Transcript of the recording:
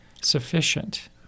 sufficient